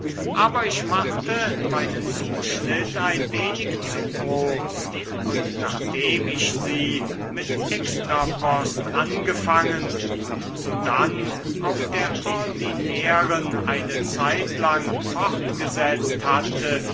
aber ich machte meinen zuschnitt ein wenig zu groß und nachdem ich sie mit extrapost angefangen und sodann auf der ordinären eine zeitlang fortgesetzt hatte